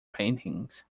paintings